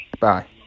bye